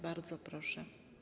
Bardzo proszę.